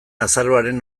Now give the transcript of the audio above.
azaroaren